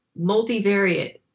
multivariate